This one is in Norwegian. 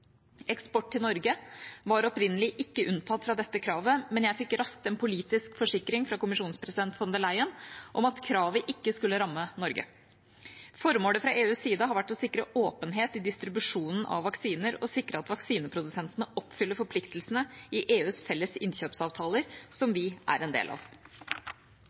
Eksport til Norge var opprinnelig ikke unntatt dette kravet, men jeg fikk raskt en politisk forsikring fra kommisjonspresident von der Leyen om at kravet ikke skulle ramme Norge. Formålet fra EUs side har vært å sikre åpenhet i distribusjonen av vaksiner og sikre at vaksineprodusentene oppfyller forpliktelsene i EUs felles innkjøpsavtaler, som vi er en del av.